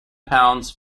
pounds